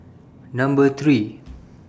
Number three